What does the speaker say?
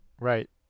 right